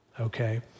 okay